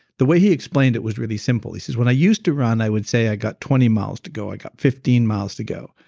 the way he explained it was really simple. he says, when i used to run i would say i got twenty miles to go, i got fifteen miles to go.